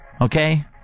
Okay